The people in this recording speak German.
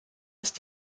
ist